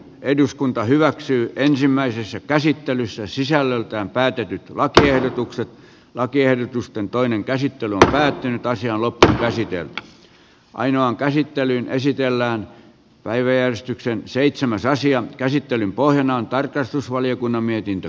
eduskunta hyväksyy ensimmäisessä käsittelyssä sisällöltään päädytty kotiehdotukset lakiehdotusten toinen käsittely tärväytynyt olisi ollut käsityön ainoan käsittelyyn esitellään päiväjärjestyksen seitsemäs aasian käsittelyn pohjana on tarkastusvaliokunnan mietintö